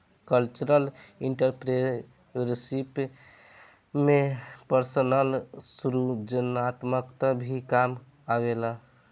cultural entrepreneurship में personal सृजनात्मकता भी काम आवेला